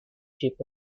chief